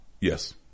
Yes